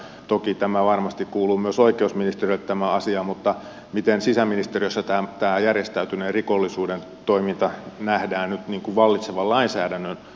toki tämä asia varmasti kuuluu myös oikeusministeriölle mutta miten sisäministeriössä tämä järjestäytyneen rikollisuuden toiminta nähdään nyt vallitsevan lainsäädännön suhteen